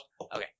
okay